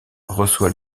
reçoit